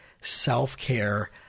self-care